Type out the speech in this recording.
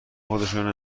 خودشونو